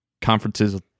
conferences